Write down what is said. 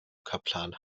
kaplan